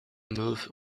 move